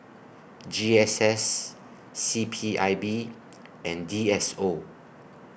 G S S C P I B and D S O